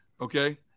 Okay